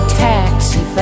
taxi